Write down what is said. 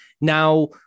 Now